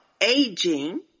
aging